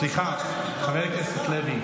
סליחה, חבר הכנסת לוי.